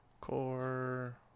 Core